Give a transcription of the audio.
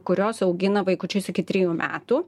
kurios augina vaikučius iki trijų metų